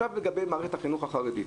לגבי מערכת החינוך החרדית.